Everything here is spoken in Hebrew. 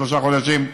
שלושה חודשים,